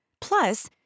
Plus